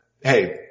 Hey